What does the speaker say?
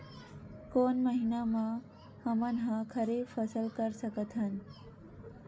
कोन महिना म हमन ह खरीफ फसल कर सकत हन?